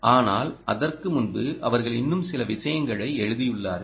ஆனால் அதற்கு முன்பு அவர்கள் இன்னும் சில விஷயங்களை எழுதினார்கள்